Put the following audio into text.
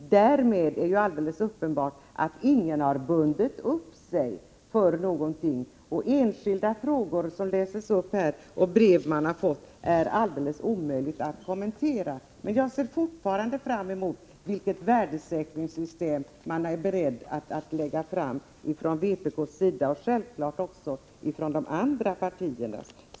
Därmed är det uppenbart att ingen har bundit sig för någonting. Enskilda frågor som ställs och brev man har fått som läses upp här är det helt omöjligt att kommentera. Jag ser fortfarande fram mot beskedet om vilket värdesäkringssystem vpk är berett att lägga fram — självfallet också från de andra partierna.